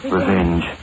Revenge